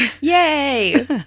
Yay